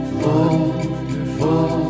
wonderful